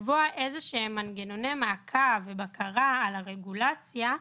לקבוע איזשהם מנגנוני מעקב ובקרה על הרגולציה,